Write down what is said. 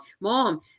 Mom